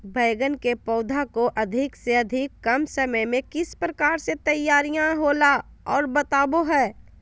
बैगन के पौधा को अधिक से अधिक कम समय में किस प्रकार से तैयारियां होला औ बताबो है?